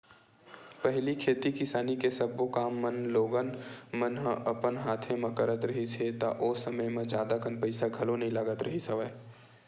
पहिली खेती किसानी के सब्बो काम मन लोगन मन ह अपन हाथे म करत रिहिस हे ता ओ समे म जादा कन पइसा घलो नइ लगत रिहिस हवय